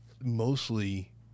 mostly